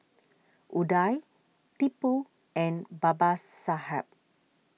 Udai Tipu and Babasaheb